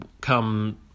come